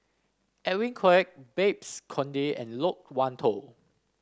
Edwin Koek Babes Conde and Loke Wan Tho